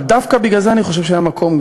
אבל דווקא בגלל זה אני חושב שהיה מקום,